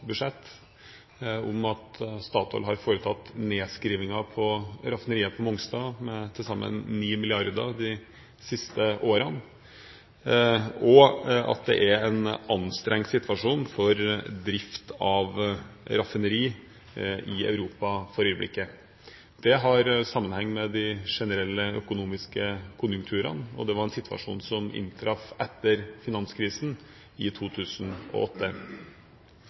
om at Statoil har foretatt nedskrivninger på raffineriet på Mongstad på til sammen 9 mrd. kr de siste årene, og at det er en anstrengt situasjon for drift av raffineri i Europa for øyeblikket. Det har sammenheng med de generelle økonomiske konjunkturene, og det var en situasjon som inntraff etter finanskrisen i 2008.